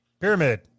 pyramid